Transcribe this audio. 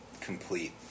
complete